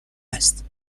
است